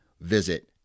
visit